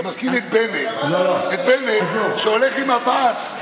אתה מזכיר לי את בנט שהולך עם עבאס,